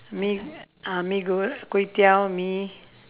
mee~ ah mee-gor~ kuay-teow mee